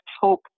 hope